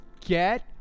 get